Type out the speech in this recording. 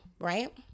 right